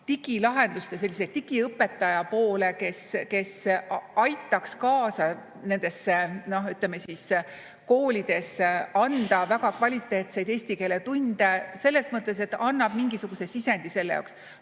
digilahenduste, sellise digiõpetaja poole, kes aitaks nendesse koolidesse anda väga kvaliteetseid eesti keele tunde selles mõttes, et ta annab mingisuguse sisendi selle jaoks.